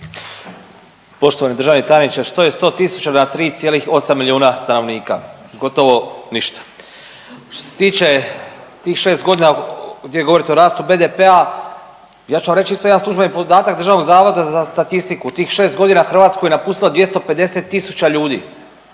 Poštovani državni tajniče što je 10000 na 3,8 milijuna stanovnika, gotovo ništa. Što se tiče tih 6 godina gdje govorite o rastu BDP-a. Ja ću vam isto reći jedan službeni podatak Državnog zavoda za statistiku. Tih 6 godina Hrvatsku je napustilo 250000 ljudi